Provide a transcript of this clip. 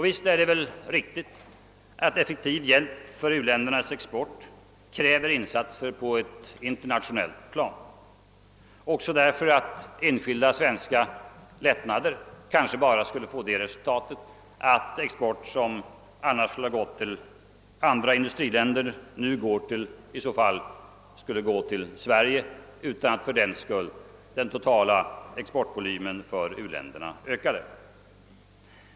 Visst är det väl riktigt att effektiv hjälp för uländernas export kräver insatser på ett internationellt plan, också därför att enskilda svenska lättnader kanske bara skulle få till följd att export, som annars skulle ha gått till andra industriländer, i så fall skulle gå till Sverige utan att fördenskull den totala exportvolymen för u-länderna ökade.